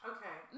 Okay